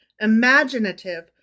imaginative